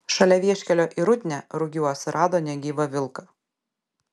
šalia vieškelio į rudnią rugiuos rado negyvą vilką